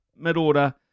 mid-order